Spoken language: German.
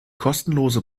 kostenlose